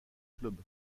clube